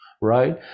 right